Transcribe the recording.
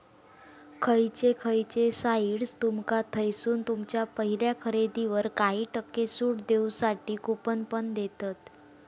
खयचे खयचे साइट्स तुमका थयसून तुमच्या पहिल्या खरेदीवर काही टक्के सूट देऊसाठी कूपन पण देतत